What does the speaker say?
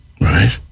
Right